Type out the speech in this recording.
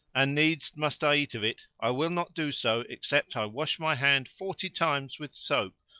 and needs must i eat of it, i will not do so except i wash my hand forty times with soap,